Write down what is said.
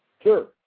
Sure